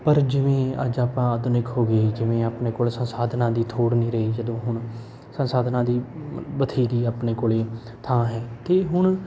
ਪਰ ਜਿਵੇਂ ਅੱਜ ਆਪਾਂ ਆਧੁਨਿਕ ਹੋ ਗਏ ਜਿਵੇਂ ਆਪਣੇ ਕੋਲ ਸ ਸਾਧਨਾਂ ਦੀ ਥੋੜ੍ਹ ਨਹੀਂ ਰਹੀ ਜਦੋਂ ਹੁਣ ਸ ਸਾਧਨਾਂ ਦੀ ਬਥੇਰੀ ਆਪਣੇ ਕੋਲ ਥਾਂ ਹੈ ਅਤੇ ਹੁਣ